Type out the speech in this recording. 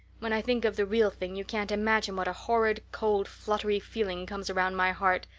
when i think of the real thing you can't imagine what a horrid cold fluttery feeling comes round my heart.